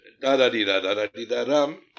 da-da-di-da-da-da-di-da-ram